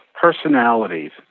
personalities